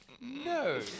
no